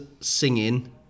singing